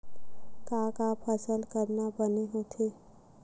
का का फसल करना बने होथे?